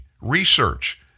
research